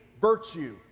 virtue